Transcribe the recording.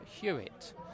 Hewitt